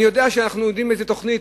אני יודע שאנחנו מדברים על איזו תוכנית,